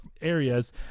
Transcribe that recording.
areas